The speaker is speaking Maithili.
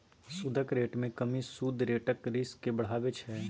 सुदक रेट मे कमी सुद रेटक रिस्क केँ बढ़ाबै छै